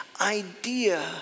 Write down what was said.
idea